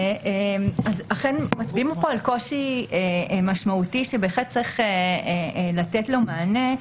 אכן מצביעים פה על קושי משמעותי שבהחלט צריך לתת לו מענה,